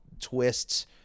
twists